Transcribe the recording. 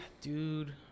Dude